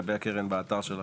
הקרן באתר שלכם?